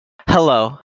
Hello